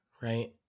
right